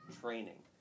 training